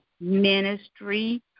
ministry